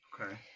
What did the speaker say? Okay